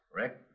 Rick